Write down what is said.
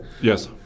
Yes